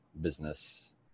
business